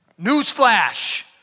Newsflash